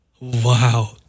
Wow